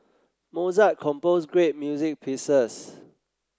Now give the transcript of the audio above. Mozart composed great music pieces